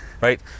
right